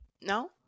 No